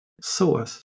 source